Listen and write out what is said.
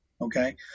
okay